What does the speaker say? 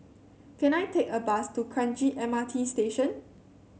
can I take a bus to Kranji M R T Station